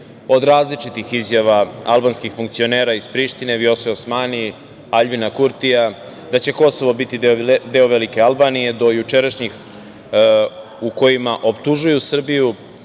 od različitih izjava albanskih funkcionera iz Prištine, Vjosa Osmani, Aljbina Kurtija, da će Kosovo biti deo velike Albanije, do jučerašnjih u kojima optužuju Srbiju,